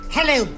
Hello